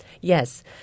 Yes